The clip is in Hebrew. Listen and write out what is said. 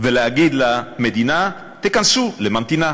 ולהגיד למדינה: תיכנסו לממתינה.